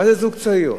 מה זה זוג צעיר?